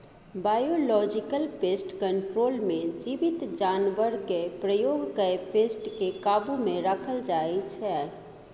biological pest control मे जीबित जानबरकेँ प्रयोग कए पेस्ट केँ काबु मे राखल जाइ छै